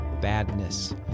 badness